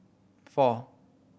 four